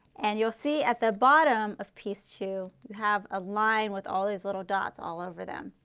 and you will see at the bottom of piece two, you have a line with all these little dots all over them.